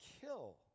kill